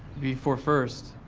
before first.